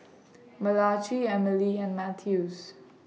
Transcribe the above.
Malachi Emilie and Mathews